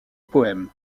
poème